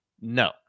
No